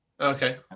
Okay